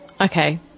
okay